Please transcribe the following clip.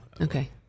Okay